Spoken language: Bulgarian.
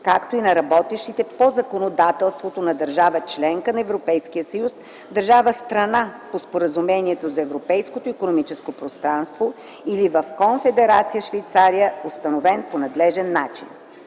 както и на работещите по законодателството на държава – членка на Европейския съюз, държава – страна по Споразумението за Европейското икономическо пространство или в Конфедерация Швейцария, установен по надлежен начин.